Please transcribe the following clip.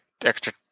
extra